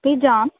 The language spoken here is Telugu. ఫిజా